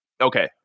Okay